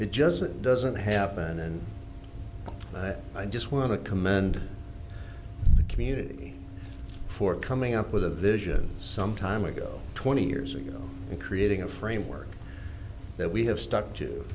it just it doesn't happen and i just want to commend the community for coming up with a vision some time ago twenty years ago and creating a framework that we have stuck to